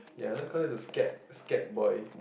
ya Nightcrawler is a scared scared boy